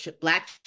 Black